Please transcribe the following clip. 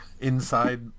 inside